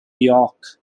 york